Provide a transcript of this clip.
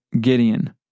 Gideon